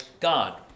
God